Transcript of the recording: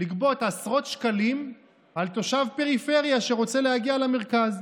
עשרות שקלים מתושב פריפריה שרוצה להגיע למרכז.